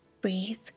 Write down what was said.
breathe